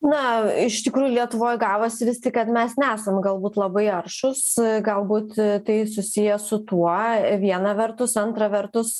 na iš tikrųjų lietuvoj gavosi vis tik kad mes nesam galbūt labai aršūs galbūt tai susiję su tuo viena vertus antra vertus